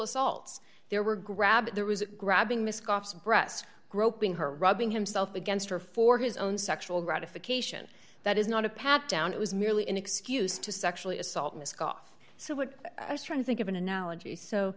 assaults there were grab there was grabbing mackoff breasts groping her rubbing himself against her for his own sexual gratification that is not a pat down it was merely an excuse to sexually assault mackoff so what i was trying to think of an analogy so